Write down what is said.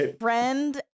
friend